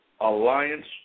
alliance